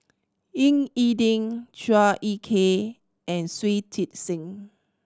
Ying E Ding Chua Ek Kay and Shui Tit Sing